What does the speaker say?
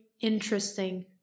interesting